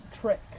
trick